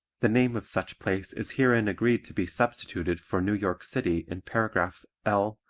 the name of such place is herein agreed to be substituted for new york city in paragraphs l,